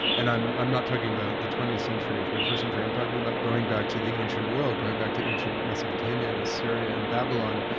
and i'm i'm not talking about the twentieth century and twenty first century. i'm talking about going back to the ancient world, going back to ancient mesopotamia and assyria and babylon.